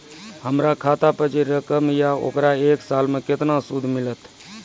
हमर खाता पे जे रकम या ओकर एक साल मे केतना सूद मिलत?